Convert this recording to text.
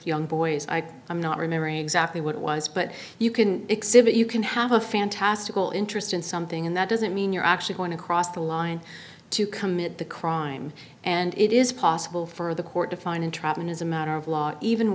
young boys i i'm not remembering exactly what it was but you can exhibit you can have a fantastical interest in something and that doesn't mean you're actually going to cross the line to commit the crime and it is possible for the court to find entrapment as a matter of law even